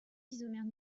isomères